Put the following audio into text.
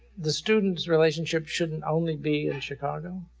the students relationship shouldn't only be in chicago.